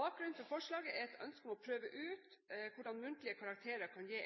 Bakgrunnen for forslaget er et ønske om å prøve ut hvordan muntlige karakterer kan gi